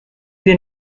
wir